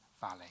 valley